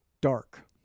Dark